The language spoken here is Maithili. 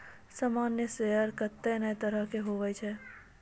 सामान्य शेयर कत्ते ने तरह के हुवै छै